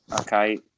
Okay